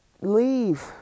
leave